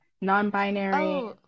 non-binary